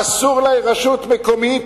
אסור לרשות מקומית